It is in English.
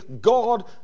God